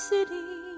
City